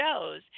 shows